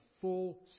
full